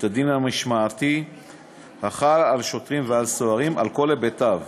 הדין המשמעתי החל על שוטרים ועל סוהרים על כל היבטיו: